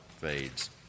fades